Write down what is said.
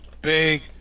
big